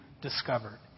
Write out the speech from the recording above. discovered